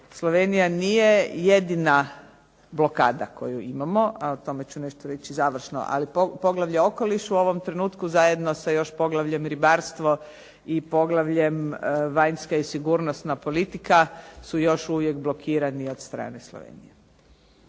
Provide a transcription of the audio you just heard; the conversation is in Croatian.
Slovenija nije jedina blokada koju imamo a o tome ću nešto reći završno. Ali poglavlje – Okoliš u ovom trenutku zajedno sa još poglavljem – Ribarstvo i poglavljem – Vanjska i sigurnosna politika su još uvijek blokirani od strane Slovenije.